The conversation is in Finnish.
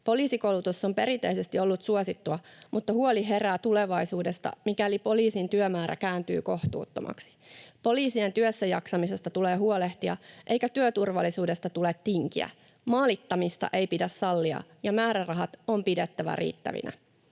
Poliisikoulutus on perinteisesti ollut suosittua, mutta huoli herää tulevaisuudesta, mikäli poliisin työmäärä kääntyy kohtuuttomaksi. Poliisien työssäjaksamisesta tulee huolehtia, eikä työturvallisuudesta tule tinkiä. Maalittamista ei pidä sallia, ja määrärahat on pidettävä riittävinä.